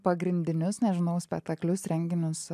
pagrindinius nežinau spektaklius renginius